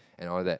and all that